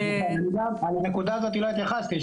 על הנקודה הזאת לא התייחסתי.